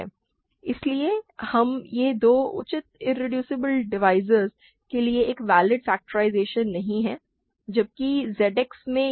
इसलिए हम यह दो उचित इरेड्यूसेबल दिवाइज़र्स के लिए एक वैलिड फ़ैक्टराइज़ेशन नहीं है जबकि Z X में यह है